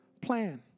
plan